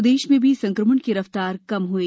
प्रदेश में भी संकमण की रफ्तार कम हुई